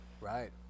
Right